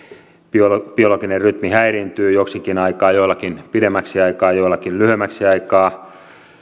biologinen biologinen rytmi häiriintyy joksikin aikaa joillakin pidemmäksi aikaa joillakin lyhyemmäksi aikaa